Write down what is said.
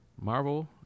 Marvel